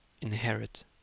inherit